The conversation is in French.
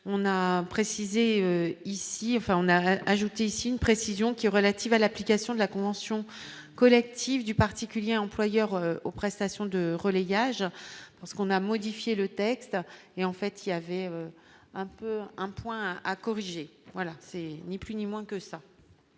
on a ajouté ici une précision qui relatives à l'application de la convention collective du particulier employeur aux prestations de relais, il y a, je pense qu'on a modifié le texte et en fait, il y avait un peu un point à corriger, voilà, c'est ni plus ni moins que ça,